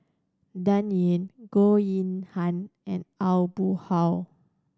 Dan Ying Goh Yihan and Aw Boon Haw